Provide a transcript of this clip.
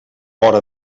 vora